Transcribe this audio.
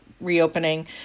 reopening